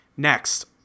Next